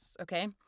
okay